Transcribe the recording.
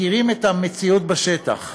מכירים את המציאות בשטח.